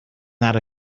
not